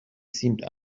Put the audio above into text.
seemed